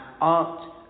art